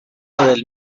del